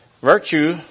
Virtue